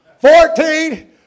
fourteen